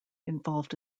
involved